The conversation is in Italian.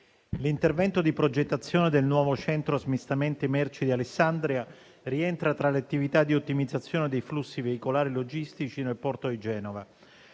l'intervento di progettazione del nuovo centro smistamento merci di Alessandria rientra tra le attività di ottimizzazione dei flussi veicolari logistici nel porto di Genova,